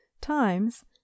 times